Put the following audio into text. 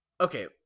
okay